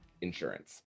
insurance